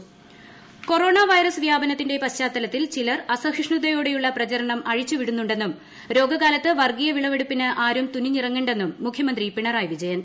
മുഖ്യമന്ത്രി Pinarayi Vijayan corona virus വ്യാപനത്തിന്റെ പശ്ചാത്തലത്തിൽ ചിലർ അസഹിഷ്ണുതയോടെയുള്ള പ്രചരണംക്ക അഴിച്ചുവിടുന്നുണ്ടെന്നും രോഗകാലത്ത് വർഗീയ പ്പിൾവെടുപ്പിന് ആരും തുനിഞ്ഞിറങ്ങേണ്ടെന്നും മുഖ്യമന്ത്രി പ്രീണ്റായി വിജയൻ